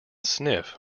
sniff